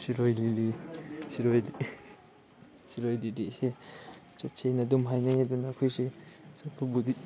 ꯁꯤꯔꯣꯏ ꯂꯤꯂꯤ ꯁꯤꯔꯣꯏ ꯁꯤꯔꯣꯏ ꯂꯤꯂꯤꯁꯦ ꯆꯠꯁꯤꯅ ꯑꯗꯨꯝ ꯍꯥꯏꯅꯩ ꯑꯗꯨꯅ ꯑꯩꯈꯣꯏꯁꯦ ꯆꯠꯄꯕꯨꯗꯤ